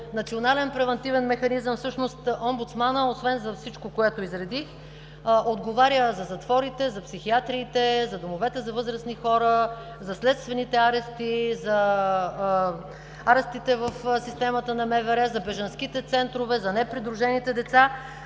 Национален превантивен механизъм – всъщност Омбудсманът, освен за всичко, което изредих, отговаря за затворите, за психиатриите, за домовете за възрастни хора, за следствените арести, за арестите в системата на МВР, за бежанските центрове, за непридружените деца.